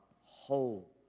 whole